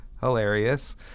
hilarious